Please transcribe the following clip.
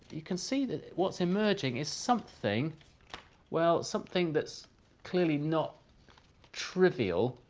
you can see that what's emerging is something well, something that's clearly not trivial,